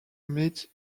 meet